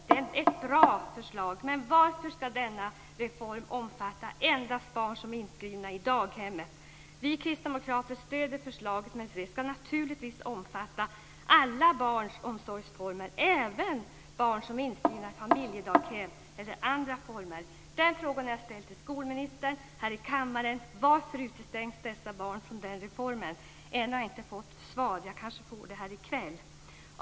Det är ett bra förslag. Men varför ska denna reform omfatta endast barn som är inskrivna i daghemmet? Vi Kristdemokrater stöder förslaget, men det ska naturligtvis omfatta alla barns omsorgsformer, även barn som är inskrivna i familjedaghem eller andra former. Den frågan har jag ställt till skolministern här i kammaren. Varför utestängs dessa barn från den reformen? Än har jag inte fått svar. Jag kanske får det här i kväll.